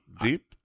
deep